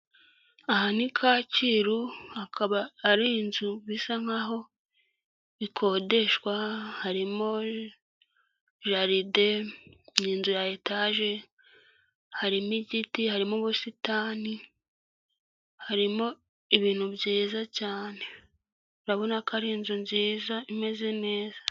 Mu karere ka Muhanga habereyemo irushanwa ry'amagare riba buri mwaka rikabera mu gihugu cy'u Rwanda, babahagaritse ku mpande kugira ngo hataba impanuka ndetse n'abari mu irushanwa babashe gusiganwa nta nkomyi.